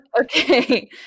okay